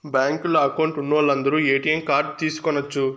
బ్యాంకులో అకౌంట్ ఉన్నోలందరు ATM card తీసుకొనచ్చు